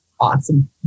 Awesome